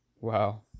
Wow